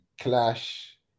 clash